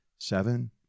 Seven